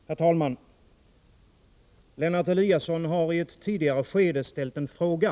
Herr talman! Ingemar Eliasson har i ett tidigare skede av debatten ställt en fråga.